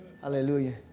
Hallelujah